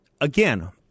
again—